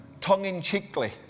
tongue-in-cheekly